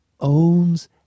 owns